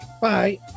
Bye